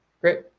Great